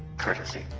courtesy,